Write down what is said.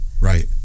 Right